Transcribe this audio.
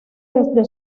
desde